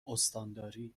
استانداری